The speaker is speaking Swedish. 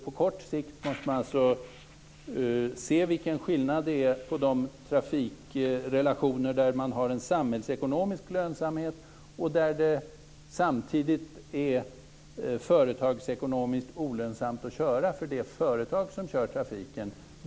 På kort sikt måste man se till skillnaden i fråga om de trafikrelationer där man har en samhällsekonomisk lönsamhet samtidigt som det är företagsekonomiskt olönsamt att köra för det företag som bedriver trafiken.